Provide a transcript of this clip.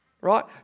right